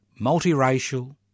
multiracial